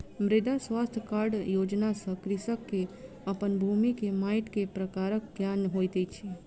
मृदा स्वास्थ्य कार्ड योजना सॅ कृषक के अपन भूमि के माइट के प्रकारक ज्ञान होइत अछि